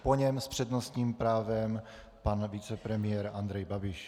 Po něm s přednostním právem pan vicepremiér Andrej Babiš.